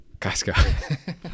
Costco